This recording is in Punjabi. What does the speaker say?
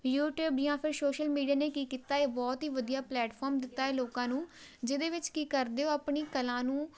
ਯੂਟਿਊਬ ਜਾਂ ਫਿਰ ਸੋਸ਼ਲ ਮੀਡੀਆ ਨੇ ਕੀ ਕੀਤਾ ਇਹ ਬਹੁਤ ਹੀ ਵਧੀਆ ਪਲੇਟਫਾਰਮ ਦਿੱਤਾ ਹੈ ਲੋਕਾਂ ਨੂੰ ਜਿਹਦੇ ਵਿੱਚ ਕੀ ਕਰਦੇ ਉਹ ਆਪਣੀ ਕਲਾ ਨੂੰ